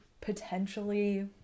potentially